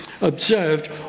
observed